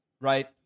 Right